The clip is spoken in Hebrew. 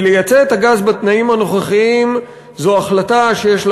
כי לייצא את הגז בתנאים הנוכחיים זאת החלטה שיש לה